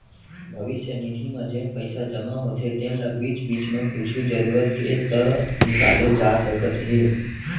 भविस्य निधि म जेन पइसा जमा होथे तेन ल बीच बीच म कुछु जरूरत हे त निकाले जा सकत हे